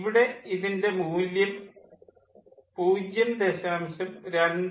ഇവിടെ ഇതിൻ്റെ മൂല്യം 0